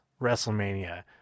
WrestleMania